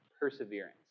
perseverance